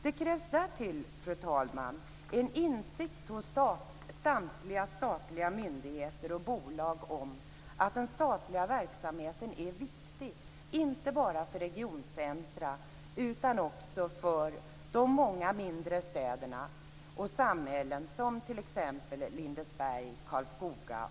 Det krävs därtill, fru talman, en insikt hos samtliga statliga myndigheter och bolag om att den statliga verksamheten är viktig inte bara för regioncentrum men också för de mindre städerna och samhällen som t.ex. Lindesberg, Karlskoga.